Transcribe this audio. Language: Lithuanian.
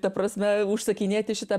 ta prasme užsakinėti šitą